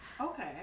okay